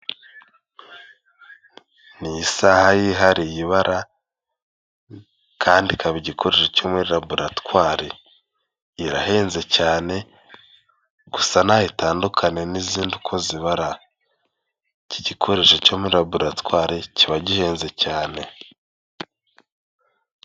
Ni isaha yihariye ibara kandi ikaba igikoresho cyo muri laboratware, irahenze cyane gusa ntaho itandukana n'izindi uko zibara. Iki gikoresho cyo muri laboratware kiba gihehenze cyane.